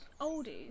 oldies